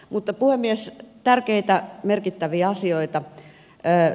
mutta puhemies tärkeitä merkittäviä asioita